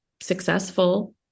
successful